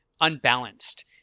unbalanced